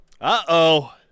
Uh-oh